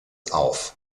auf